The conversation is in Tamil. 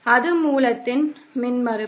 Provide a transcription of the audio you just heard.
அது மூலத்தின் மின்மறுப்பு